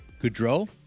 Goudreau